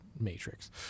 matrix